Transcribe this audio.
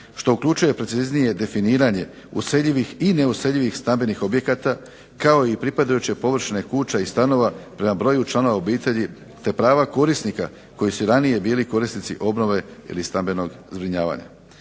što uključuje preciznije definiranje useljivih i neuseljivih stambenih objekata kao i pripadajuće površine kuća i stanova prema broju članova obitelji te prava korisnika koji su ranije bili korisnici obnove ili stambenog zbrinjavanja.